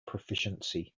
proficiency